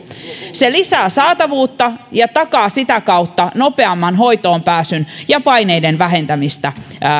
se lisää saatavuutta ja takaa sitä kautta nopeamman hoitoonpääsyn ja paineiden vähentämisen